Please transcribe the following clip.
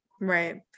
Right